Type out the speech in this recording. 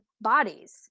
bodies